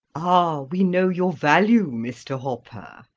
ah! we know your value, mr. hopper.